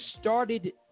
started